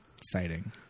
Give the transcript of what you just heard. Exciting